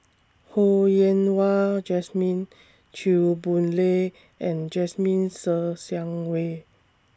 Ho Yen Wah Jesmine Chew Boon Lay and Jasmine Ser Xiang Wei